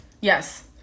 Yes